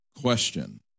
question